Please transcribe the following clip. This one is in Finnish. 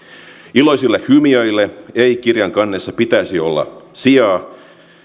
iloisille hymiöille ei kirjan kannessa pitäisi olla sijaa